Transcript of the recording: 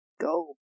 go